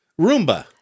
Roomba